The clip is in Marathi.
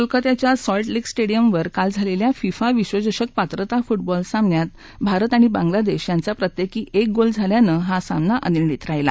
कोलकत्याच्या सॉल्ट लेक स्टेडिअमवर काल झालेल्या फिफा विश्वचषक पात्रता फूटबॉल सामन्यात भारत आणि बांगलादेश यांचा प्रत्येकी एक गोल झाल्यानं हा सामना अनिर्णित राहीला